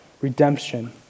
redemption